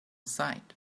sight